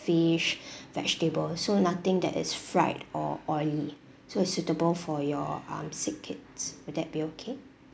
fish vegetables so nothing that is fried or oily so it's suitable for your um sick kids would that be okay